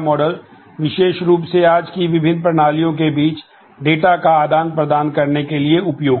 model विशेष रूप से आज की विभिन्न प्रणालियों के बीच डेटा का आदान प्रदान करने के लिए उपयोगी हैं